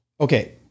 Okay